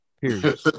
Period